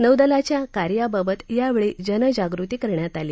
नौदलाच्या कार्याबाबत यावेळी जनजागृती करण्यात आली